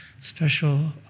special